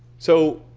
so,